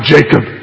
Jacob